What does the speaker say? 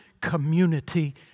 community